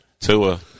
Tua